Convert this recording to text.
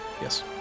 Yes